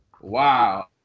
Wow